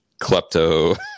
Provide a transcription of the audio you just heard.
klepto